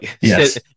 Yes